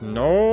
no